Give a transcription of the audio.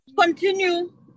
Continue